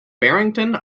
barrington